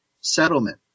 settlement